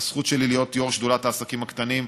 הזכות שלי היא להיות יו"ר שדולת העסקים הקטנים,